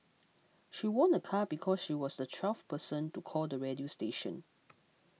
she won a car because she was the twelfth person to call the radio station